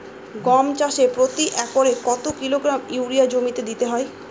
গম চাষে প্রতি একরে কত কিলোগ্রাম ইউরিয়া জমিতে দিতে হয়?